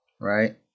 right